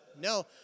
no